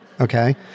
Okay